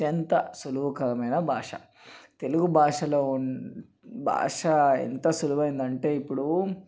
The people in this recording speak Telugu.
అత్యంత సులభకరమైన భాష తెలుగుభాషలో భాష ఎంత సులువైనదంటే ఇప్పుడు